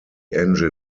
engine